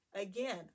Again